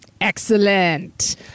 Excellent